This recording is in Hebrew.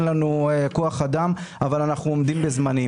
אין לנו כוח אדם אבל אנחנו עומדים בזמנים.